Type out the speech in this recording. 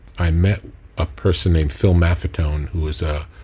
i met a person named phil maffetone who was a